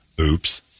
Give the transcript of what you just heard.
Oops